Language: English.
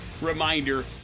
reminder